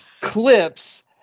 clips